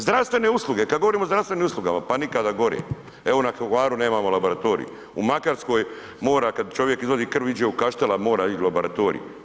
Zdravstvene usluge, kada govorimo o zdravstvenim uslugama pa nikada gore, evo na Hvaru nemamo laboratorij, u Makarskoj mora kada čovjek izvadi krv ide u Kaštela, mora ići u laboratorij.